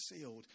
sealed